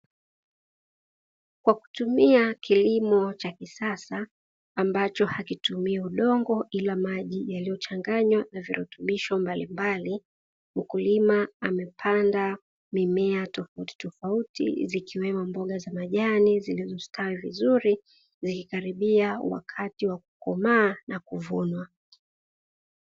Kwa kutumia kilimo cha kisasa ambacho hakitumii udongo ila maji yaliyochanganywa na virutubisho mbalimbali, mkulima amepanda mimea tofautitofauti zikiwemo mboga za majani zilizostawi vizuri, zikikaribia wakati wa kukomaa na kuvunwa.